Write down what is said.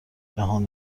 جهان